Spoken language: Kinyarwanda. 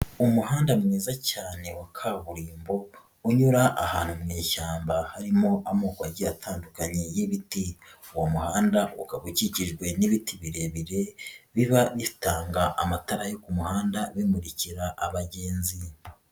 Umuhanda mwiza cyane wa kaburimbo, unyura ahantu mushyamba harimo amoko agiye atandukanye y'ibiti, uwo muhanda ukaba ukikijwe n'ibiti birebire, biba bitanga amatara yo ku muhanda, bimurikira abagenzi.